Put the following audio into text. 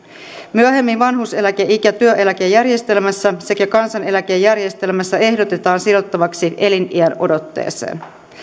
myöhemmin vanhuuseläkeikä työeläkejärjestelmässä sekä kansaneläkejärjestelmässä ehdotetaan sidottavaksi eliniänodotteeseen